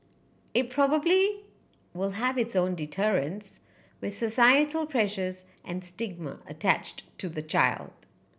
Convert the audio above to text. it probably will have its own deterrents with societal pressures and stigma attached to the child